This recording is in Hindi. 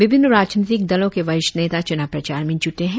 विभिन्न राजनीतिक दलों के वरिष्ठ नेता चुनाव प्रचार में जूटे हैं